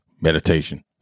meditation